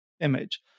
image